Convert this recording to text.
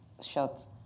Shot